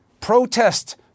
Protest